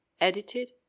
Edited